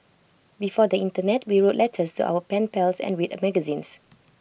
before the Internet we wrote letters to our pen pals and read magazines